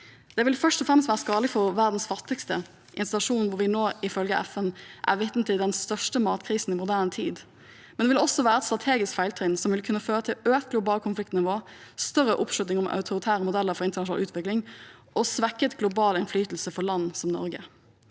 Det vil først og fremst være skadelig for verdens fattigste i en situasjon hvor vi nå, ifølge FN, er vitne til den største matkrisen i moderne tid. Men det vil også være et strategisk feiltrinn som vil kunne føre til økt globalt konfliktnivå, større oppslutning om autoritære modeller for internasjonal utvikling og svekket global innflytelse for land som Norge.